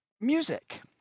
music